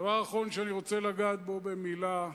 דבר אחרון, שאני רוצה לגעת בו במלה: